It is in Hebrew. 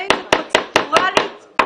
גם אם פרוצדורלית זה עובר,